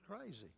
crazy